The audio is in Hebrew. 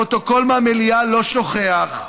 הפרוטוקול מהמליאה לא שוכח.